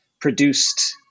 produced